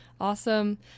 Awesome